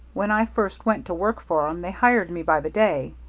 when i first went to work for em, they hired me by the day.